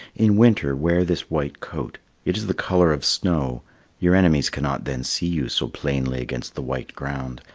in winter wear this white coat it is the colour of snow your enemies cannot then see you so plainly against the white ground,